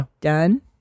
done